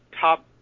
top